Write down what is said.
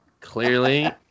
Clearly